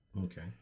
Okay